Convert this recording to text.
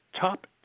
top